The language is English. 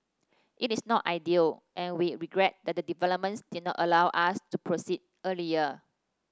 it is not ideal and we regret that the developments did not allow us to proceed earlier